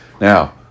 now